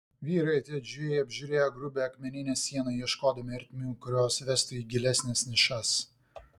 vyrai atidžiai apžiūrėjo grubią akmeninę sieną ieškodami ertmių kurios vestų į gilesnes nišas